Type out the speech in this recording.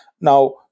Now